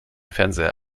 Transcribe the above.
fernseher